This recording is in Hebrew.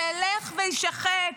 שילך ויישחק,